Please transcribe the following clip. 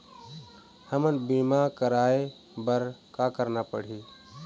हमन बीमा कराये बर का करना पड़ही?